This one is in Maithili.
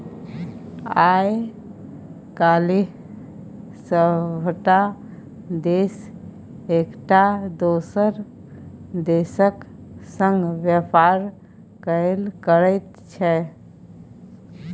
आय काल्हि सभटा देश एकटा दोसर देशक संग व्यापार कएल करैत छै